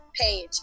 page